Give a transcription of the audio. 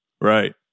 Right